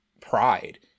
pride